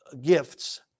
gifts